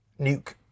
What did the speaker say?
nuke